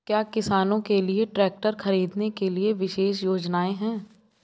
क्या किसानों के लिए ट्रैक्टर खरीदने के लिए विशेष योजनाएं हैं?